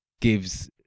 gives